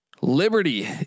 Liberty